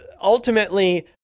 ultimately